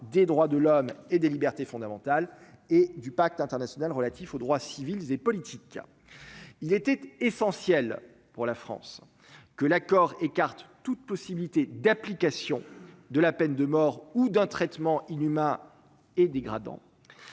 des droits de l'homme et des libertés fondamentales et du Pacte international relatif aux droits civils et politiques, il était essentiel pour la France que l'accord écarte toute possibilité d'application de la peine de mort ou d'un traitement inhumain et dégradant,